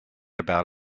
about